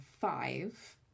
five